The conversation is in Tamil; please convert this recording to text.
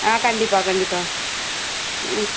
ஆ கண்டிப்பாக கண்டிப்பாக ம்